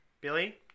Billy